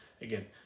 Again